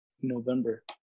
November